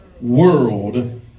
world